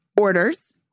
orders